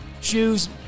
shoes